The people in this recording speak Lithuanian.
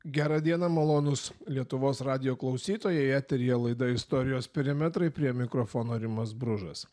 gerą dieną malonūs lietuvos radijo klausytojai eteryje laida istorijos perimetrai prie mikrofono rimas bružas